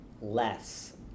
less